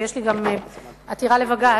ויש לי גם עתירה לבג"ץ,